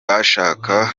ashaka